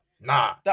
nah